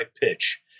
pitch